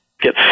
get